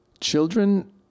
Children